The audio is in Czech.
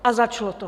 A začalo to.